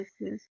yes